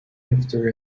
after